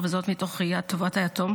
לעניין הגנה זו,